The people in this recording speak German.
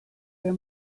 der